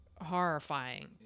horrifying